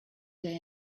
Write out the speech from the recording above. day